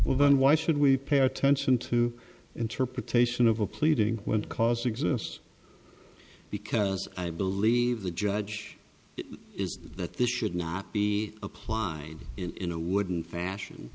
well then why should we pay attention to interpretation of a pleading when cause exists because i believe the judge is that this should not be applied in a wooden fashion